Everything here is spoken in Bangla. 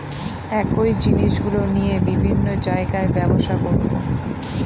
একই জিনিসগুলো নিয়ে বিভিন্ন জায়গায় ব্যবসা করবো